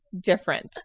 Different